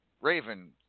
Raven